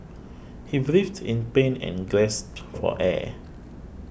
he writhed in pain and gasped for air